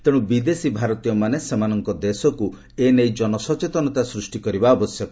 ତେଣୁ ବିଦେଶୀ ଭାରତୀୟମାନେ ସେମାନଙ୍କ ଦେଶକୁ ଏନେଇ ଜନ ସଚେତନତା ସୂଷ୍ଟି କରିବା ଆବଶ୍ୟକ